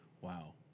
wow